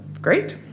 great